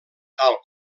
tal